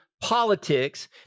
politics